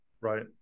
Right